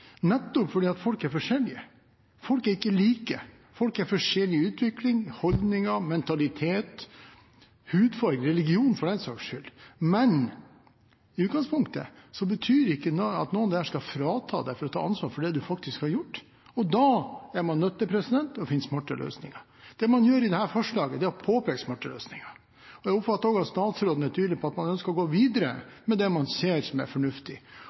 nettopp fordi folk er forskjellige. Folk er ikke like, folk er forskjellige i utvikling, i holdninger, i mentalitet, i hudfarge og religion, for den saks skyld, men i utgangspunktet betyr det at ingen kan gis fritak fra å ta ansvar for det man faktisk har gjort, og da er man nødt til å finne smarte løsninger. Det man gjør i dette forslaget, er å påpeke smarte løsninger, og jeg oppfatter også at statsråden er tydelig på at man ønsker å gå videre med det man ser som er fornuftig.